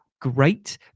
great